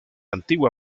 antigua